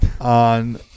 on